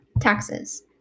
Taxes